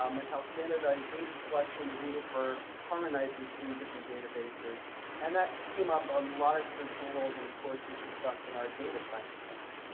um and how standardized data collection is needed for harmonizing between different databases and that came up a um lot of different panels and of course was discussed in our data science panel.